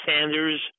Sanders